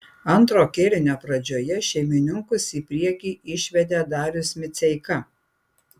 antrojo kėlinio pradžioje šeimininkus į priekį išvedė darius miceika